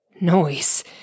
noise